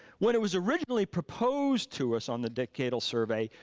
when it was originally proposed to us on the decadal survey,